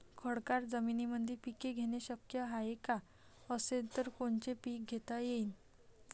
खडकाळ जमीनीमंदी पिके घेणे शक्य हाये का? असेल तर कोनचे पीक घेता येईन?